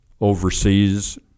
overseas